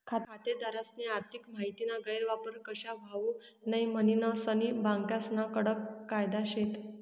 खातेदारस्नी आर्थिक माहितीना गैरवापर कशा व्हवावू नै म्हनीन सनी बँकास्ना कडक कायदा शेत